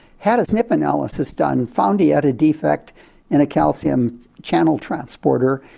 had a snp analysis done, found he had a defect in a calcium channel transporter.